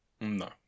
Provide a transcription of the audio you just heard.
No